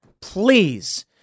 Please